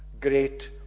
great